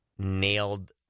nailed